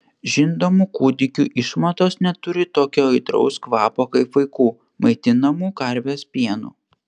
žindomų kūdikių išmatos neturi tokio aitraus kvapo kaip vaikų maitinamų karvės pienu